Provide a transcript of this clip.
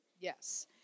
Yes